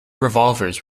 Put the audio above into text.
revolvers